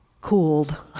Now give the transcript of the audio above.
cooled